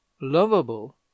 lovable